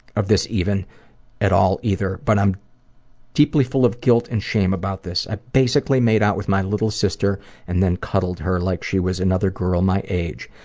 of this even at all either. but i'm deeply full of guilt and shame about this. i basically made out with my little sister and then cuddled her like she was another girl my age.